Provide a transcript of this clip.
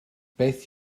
beth